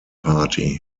party